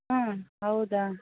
ಹಾಂ ಹೌದಾ